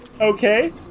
Okay